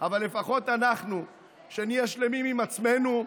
אבל לפחות אנחנו נהיה שלמים עם עצמנו,